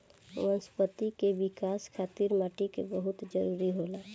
वनस्पति के विकाश खातिर माटी बहुत जरुरी होला